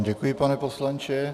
Děkuji vám, pane poslanče.